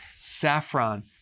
Saffron